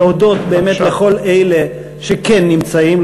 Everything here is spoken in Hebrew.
להודות באמת לכל אלה שכן נמצאים,